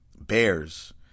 Bears